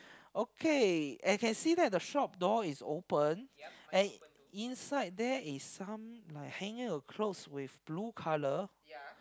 okay and can see that the shop door is open and inside there is some like hanging of clothes with blue colour